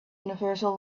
universal